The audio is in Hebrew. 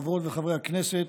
חברות וחברי הכנסת,